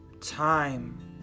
Time